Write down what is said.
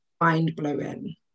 mind-blowing